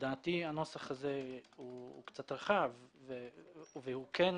לדעתי הנוסח הזה קצת רחב וכן